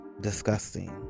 Disgusting